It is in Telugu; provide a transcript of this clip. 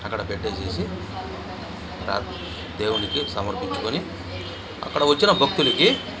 అక్కడ పెట్టి ప్రా దేవునికి సమర్పించుకొని అక్కడ వచ్చిన భక్తులకి